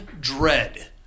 dread